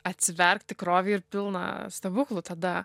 atsiverk tikrovėj ir pilna stebuklų tada